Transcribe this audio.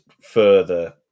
further